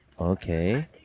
Okay